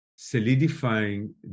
solidifying